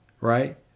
right